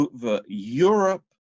Europe